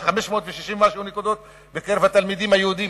560 בקרב התלמידים היהודים.